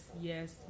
yes